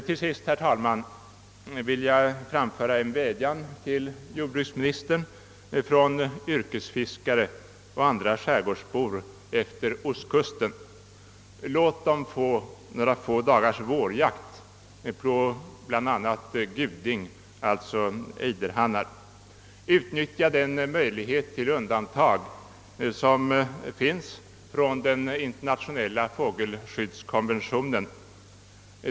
Till sist, herr talman, vill jag framföra en vädjan till jordbruksministern från yrkesfiskare och andra skärgårdsbor vid ostkusten. Låt dem få några få dagars vårjakt på bl.a. guding, alltså ejderhannar! Utnyttja den befintliga möjligheten till undantag från den in ternationella fågelskyddskonventionen!